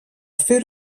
fer